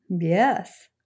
Yes